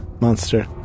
monster